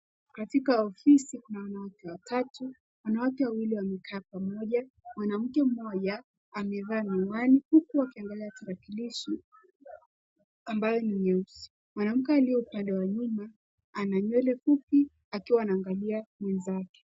Katika ofisi kuna wanawake watatu, wanawake wawili wamekaa pamoja. Mwanamke mmoja amevaa miwani huku akiangalia tarakilishi ambayo ni nyeusi. Mwanamke aliye upande wa nyuma ana nywele fupi akiwa anaangalia mwenzake.